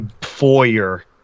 foyer